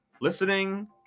Listening